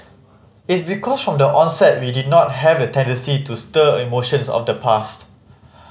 it's because of the onset we did not have the tendency to stir emotions of the past